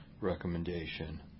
recommendation